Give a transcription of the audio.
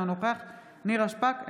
אינו נוכח נירה שפק,